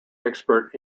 experts